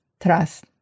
trust